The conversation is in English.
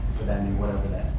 for them, in whatever that